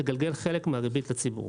לגלגל חלק מהריבית לציבור.